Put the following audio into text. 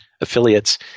affiliates